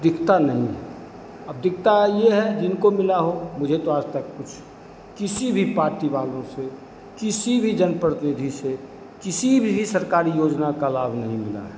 दिखता नहीं है अब दिखता यह है जिनको मिला हो मुझे तो आज तक कुछ किसी भी पार्टी वालों से किसी भी जन प्रतिनिधि से किसी भी सरकारी योजना का लाभ नहीं मिला है